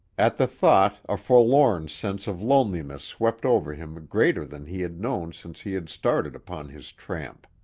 at the thought a forlorn sense of loneliness swept over him greater than he had known since he had started upon his tramp.